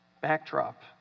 backdrop